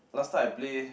last time I play